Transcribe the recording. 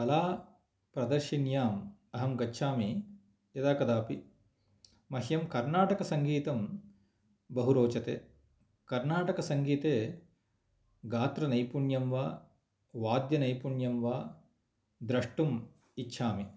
कला प्रर्दशिन्याम् अहं गच्छामि यदा कदापि मह्यं कर्नाटकसङ्गीतं बहु रोचते कर्नाटकसङ्गीते गात्रनैपुण्यं वा वाद्यनैपुण्यं वा द्रष्टुम् इच्छामि